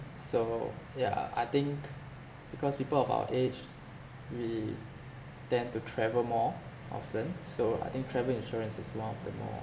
so yeah I think because people of our age we tend to travel more often so I think travel insurance is one of the more